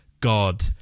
god